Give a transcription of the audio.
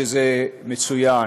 זה מצוין.